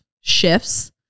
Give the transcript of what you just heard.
shifts